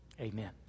Amen